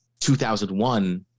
2001